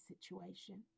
situation